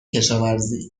کشاورزی